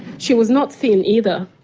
she was not thin either,